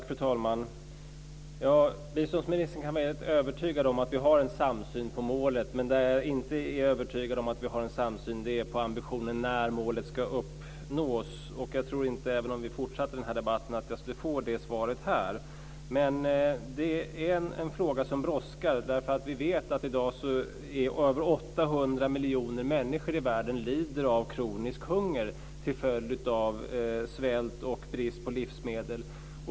Fru talman! Biståndsministern kan vara helt övertygad om att vi har en samsyn om målet. Men jag är inte övertygad om att vi har en samsyn om ambitionen för när målet ska uppnås. Jag tror inte heller, även om vi fortsätter den här debatten, att jag skulle få det svaret här. Detta är en fråga som brådskar. Vi vet att över 800 miljoner människor i världen i dag lider av kronisk hunger till följd av svält och brist på livsmedel.